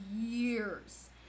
years